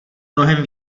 mnohem